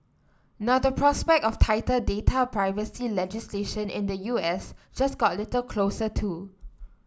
now the prospect of tighter data privacy legislation in the U S just got a little closer too